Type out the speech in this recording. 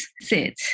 sit